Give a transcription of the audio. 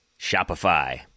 Shopify